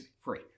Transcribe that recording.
free